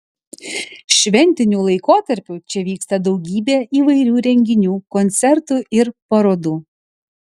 šventiniu laikotarpiu čia vyksta daugybė įvairių renginių koncertų ir parodų